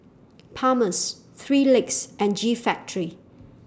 Palmer's three Legs and G Factory